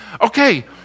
Okay